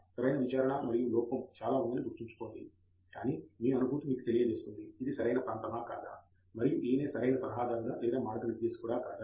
సరైన విచారణ మరియు లోపం చాలా ఉందని గుర్తుంచుకోండి కానీ మీ అనుభూతి మీకు తెలియజేస్తుంది ఇది సరైన ప్రాంతమా కాదా మరియు ఈయనే సరైన సలహాదారుడా లేదా మార్గనిర్దేశకుడా కాదా